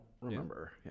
remember